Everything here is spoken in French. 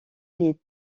les